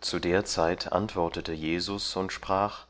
zu der zeit antwortete jesus und sprach